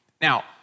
Now